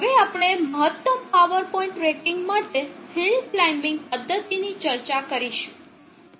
હવે આપણે મહત્તમ પાવર પોઇન્ટ ટ્રેકિંગ માટે હિલ ક્લાઇમ્બીંગ પદ્ધતિ ની ચર્ચા કરીશું